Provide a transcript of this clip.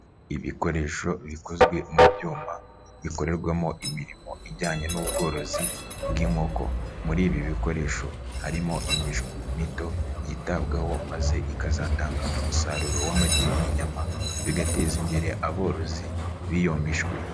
Ibikoresho bikozwe mu byuma bikorerwamo imirimo ijyanye n'ubworozi bw'inkoko. Muri ibi bikoresho harimo imishwi mito yitabwaho maze ikazatanga umusaruro w'amagi n'inyama bigateza imbere aborozi b'iyo mishwi.